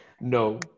No